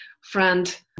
friend